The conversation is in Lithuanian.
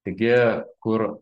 taigi kur